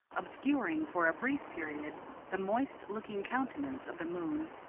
obscuring for a brief period the moist-looking countenance of the moon,